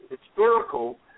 historical